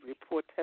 report